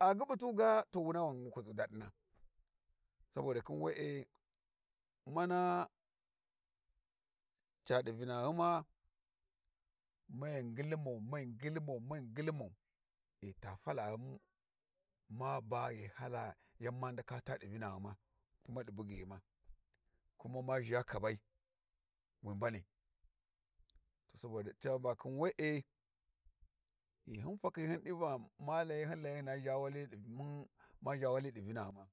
a gyubu tug a to wanwu kuzi dadina saboda khin we`emana, ca di vinaghuma mai ngulmau mai ngulmau mai ngulmau. ghita fala ghum ma bag hi hala yan ma ndaka ta di vinaghuma kuma di bugyighuma, kuma ma zha kabai wi mbanai, to saboda caba khin we`e ghi hyi fakhi hyi di va ma layi hyin layi ma gha wali mun ma zha wali di vinaghuma.